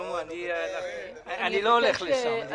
שלמה, אני לא הולך לשם.